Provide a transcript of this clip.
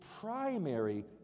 primary